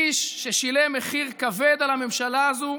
איש ששילם מחיר כבד על הממשלה הזאת,